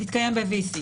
ב-VC.